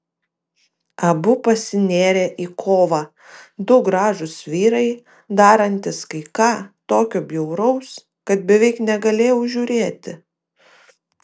abu pasinėrė į kovą du gražūs vyrai darantys kai ką tokio bjauraus kad beveik negalėjau žiūrėti